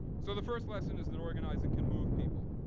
so the first lesson is that organizing can move people,